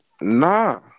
Nah